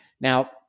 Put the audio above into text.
Now